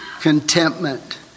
contentment